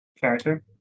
character